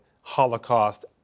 Holocaust